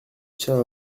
tiens